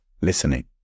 listening